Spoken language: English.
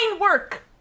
work